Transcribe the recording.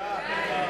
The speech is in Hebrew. לסעיף 59